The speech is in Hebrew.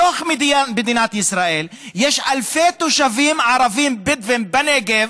בתוך מדינת ישראל יש אלפי תושבים ערבים בדואים בנגב